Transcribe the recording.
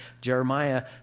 Jeremiah